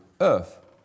Earth